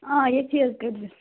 آ ییٚتھی حظ کٔڈۍزِ